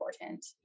important